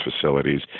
facilities